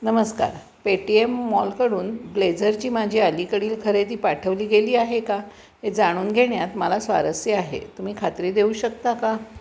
नमस्कार पेटीएम मॉलकडून ब्लेझरची माझी अलीकडील खरेदी पाठवली गेली आहे का हे जाणून घेण्यात मला स्वारस्य आहे तुम्ही खात्री देऊ शकता का